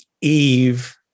Eve